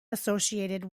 associated